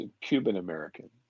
Cuban-American